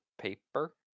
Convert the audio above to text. paper